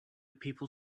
people